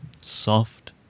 Soft